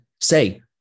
say